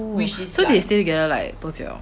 oh so they stayed together like 多久